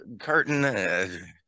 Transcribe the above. curtain